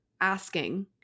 asking